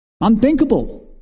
Unthinkable